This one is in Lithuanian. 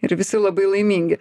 ir visi labai laimingi